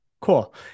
Cool